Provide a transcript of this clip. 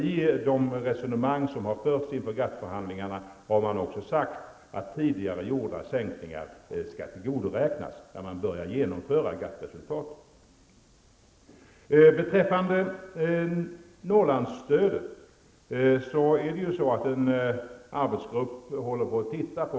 I de resonemang som har förts inför GATT förhandlingarna har man också sagt att tidigare gjorda sänkningar skall tillgodoräknas när GATT resultaten börjar genomföras. En arbetsgrupp ser för närvarande över formerna för Norrlandsstödet.